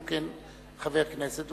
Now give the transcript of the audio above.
שכן הוא חבר כנסת,